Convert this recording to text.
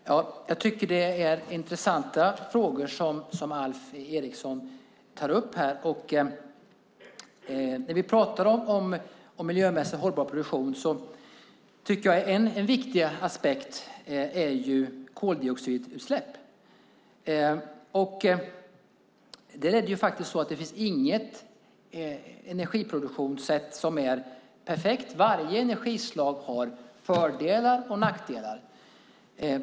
Fru talman! Jag tycker att det är intressanta frågor som Alf Eriksson tar upp. När vi pratar om miljömässigt hållbar produktion tycker jag att en viktig aspekt är koldioxidutsläpp. Det finns inget energiproduktionssätt som är perfekt. Varje energislag har fördelar och nackdelar.